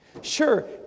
Sure